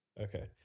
Okay